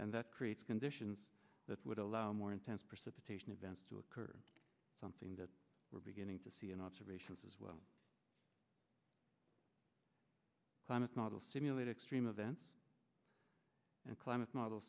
and that creates conditions that would allow more intense precipitation events to occur something that we're beginning to see in observations as well climate model simulate extreme events and climate model